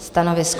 Stanovisko?